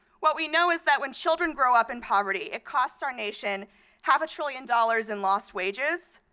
what we know is that when children grow up in poverty it costs our nation half a trillion dollars in lost wages,